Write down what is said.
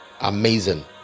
amazing